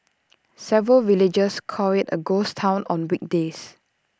several villagers call IT A ghost Town on weekdays